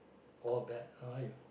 all bad are you